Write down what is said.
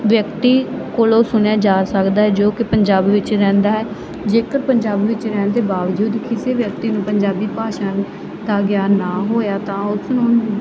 ਵਿਅਕਤੀ ਕੋਲੋਂ ਸੁਣਿਆ ਜਾ ਸਕਦਾ ਹੈ ਜੋ ਕਿ ਪੰਜਾਬ ਵਿੱਚ ਰਹਿੰਦਾ ਹੈ ਜੇਕਰ ਪੰਜਾਬੀ ਵਿੱਚ ਰਹਿਣ ਦੇ ਬਾਵਜੂਦ ਕਿਸੇ ਵਿਅਕਤੀ ਨੂੰ ਪੰਜਾਬੀ ਭਾਸ਼ਾ ਨੂੰ ਦਾ ਗਿਆਨ ਨਾ ਹੋਇਆ ਤਾਂ ਉਸ ਨੂੰ